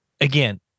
again